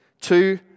two